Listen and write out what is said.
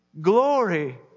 glory